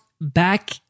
back